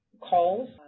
calls